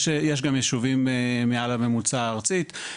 יש גם יישובים מעל הממוצע הארצי,